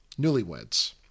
newlyweds